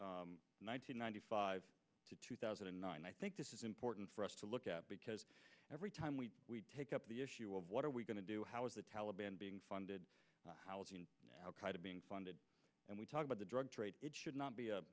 drug ninety ninety five to two thousand and nine i think this is important for us to look at because every time we take up the issue of what are we going to do how is the taliban being funded to being funded and we talk about the drug trade it should not be a